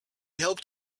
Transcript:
helped